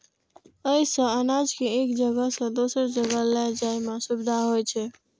अय सं अनाज कें एक जगह सं दोसर जगह लए जाइ में सुविधा होइ छै